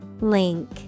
Link